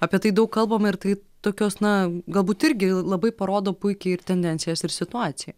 apie tai daug kalbama ir tai tokios na galbūt irgi labai parodo puikiai ir tendencijas ir situaciją